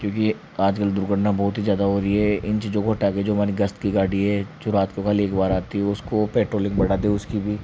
क्योंकि आज कल दुर्घटना बहुत ही ज़्यादा हो रही है इन चीज़ों को हटकर जो हमारी जो गस्त की गाड़ी है जो रात को खाली एक बार आती है उसको पेट्रोलिंग बढ़ा दे उसकी भी